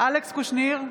אלכס קושניר,